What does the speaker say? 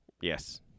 Yes